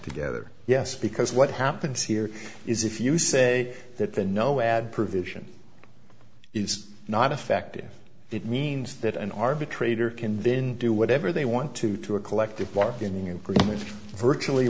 together yes because what happens here is if you say that the no ad provision it's not effective it means that an arbitrator can then do whatever they want to to a collective bargaining agreement virtually